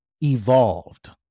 evolved